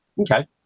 Okay